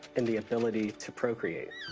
and the ability to procreate.